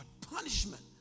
punishment